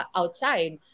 outside